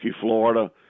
Florida